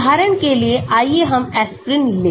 उदाहरण के लिए आइए हम एस्पिरिन लें